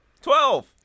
Twelve